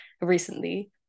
recently